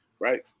right